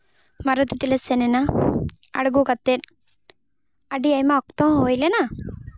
ᱢᱟᱨᱚᱛᱤ ᱛᱮᱞᱮ ᱥᱮᱱ ᱮᱱᱟ ᱟᱬᱜᱳ ᱠᱟᱛᱮ ᱟᱹᱰᱤ ᱟᱭᱢᱟ ᱚᱠᱛᱚ ᱦᱚᱸ ᱦᱳᱭ ᱞᱮᱱᱟ